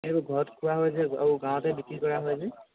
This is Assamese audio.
এইটো ঘৰত খোৱা হয় যে আৰু গাঁৱতে বিক্ৰী কৰা যে